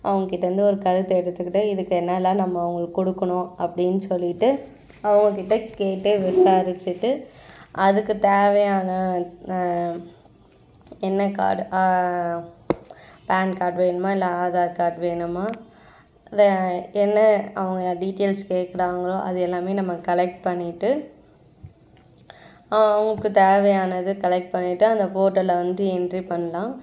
அவங்கக் கிட்டேருந்து ஒரு கருத்து எடுத்துக்கிட்டால் இதுக்கு என்னெல்லாம் நம்ம அவங்களுக்கு கொடுக்கணும் அப்படின் சொல்லிவிட்டு அவங்கக்கிட்டு கேட்டு விசாரிச்சுட்டு அதுக்கு தேவையான என்ன கார்டு பேன் கார்ட் வேணுமா இல்லை ஆதார் கார்ட் வேணுமா இல்லை என்ன அவங்க டீட்டெய்ல்ஸ் கேட்குறாங்களோ அது எல்லாமே நம்ம கலெக்ட் பண்ணிவிட்டு அவங்களுக்கு தேவையானது கலெக்ட் பண்ணிவிட்டு அந்த போர்ட்டலில் வந்து என்ட்ரி பண்ணலாம்